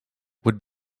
would